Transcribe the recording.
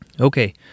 Okay